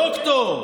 דוקטור,